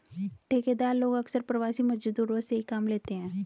ठेकेदार लोग अक्सर प्रवासी मजदूरों से ही काम लेते हैं